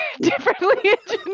Differently